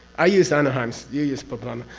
i use anaheim's you use poblano.